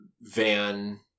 Van